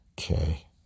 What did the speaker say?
Okay